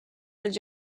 als